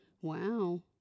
Wow